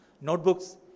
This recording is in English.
notebooks